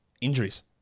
injuries